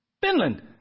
Finland